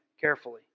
carefully